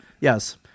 Yes